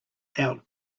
out